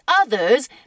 others